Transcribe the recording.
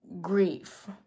grief